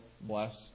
bless